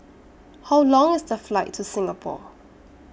How Long IS The Flight to Singapore